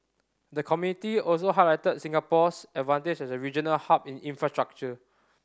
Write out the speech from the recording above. the committee also highlighted Singapore's advantage as a regional hub in infrastructure